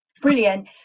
Brilliant